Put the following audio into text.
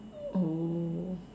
oh